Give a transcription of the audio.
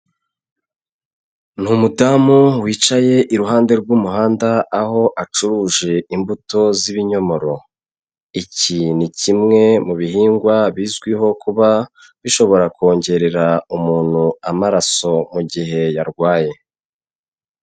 Ni umudamu wicaye iruhande rw'umuhanda aho acuruje imbuto z'ibinyomoro, iki ni kimwe mu bihingwa bizwiho kuba bishobora kongerera umuntu amaraso mu gihe yarwaye.